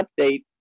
update